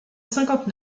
cinquante